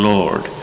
Lord